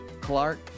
Clark